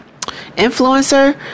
influencer